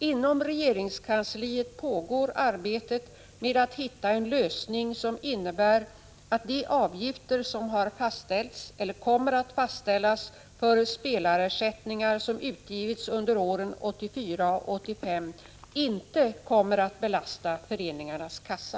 Inom regeringskansliet pågår arbetet med att hitta en lösning, som innebär att de avgifter som har fastställts eller kommer att fastställas för spelarersättningar som utgivits under åren 1984 och 1985 inte kommer att belasta föreningarnas kassa.